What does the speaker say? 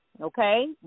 Okay